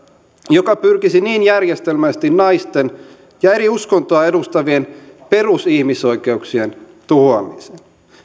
joka pyrkisi niin järjestelmällisesti naisten ja eri uskontoa edustavien perusihmisoikeuksien tuhoamiseen